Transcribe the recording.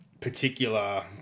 particular